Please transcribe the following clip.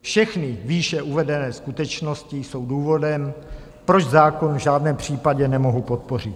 Všechny výše uvedené skutečnosti jsou důvodem, proč zákon v žádném případě nemohu podpořit.